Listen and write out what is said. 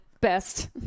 best